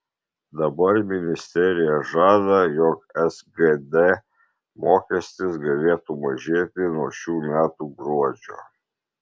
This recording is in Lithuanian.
dabar ministerija žada jog sgd mokestis galėtų mažėti nuo nuo šių metų gruodžio